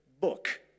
book